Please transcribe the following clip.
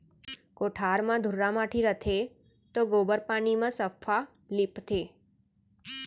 कोठार म धुर्रा माटी रथे त गोबर पानी म सफ्फा लीपथें